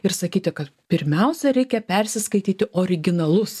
ir sakyti kad pirmiausia reikia persiskaityti originalus